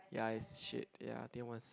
ya it's shit ya I think it was